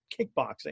kickboxing